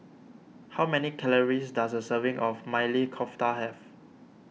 how many calories does a serving of Maili Kofta have